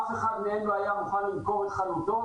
אף אחד מה לא היה מוכן למכור את חנותו